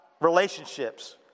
relationships